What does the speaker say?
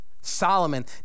Solomon